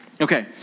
Okay